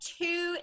two